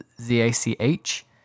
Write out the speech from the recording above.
Z-A-C-H